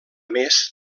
més